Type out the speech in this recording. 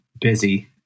busy